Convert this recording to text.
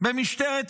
במשטרת ישראל.